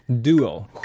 duo